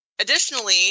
additionally